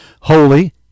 holy